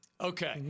Okay